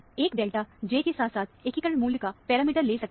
एक delta J के साथ साथ एकीकरण मूल्य का पैरामीटर ले सकता है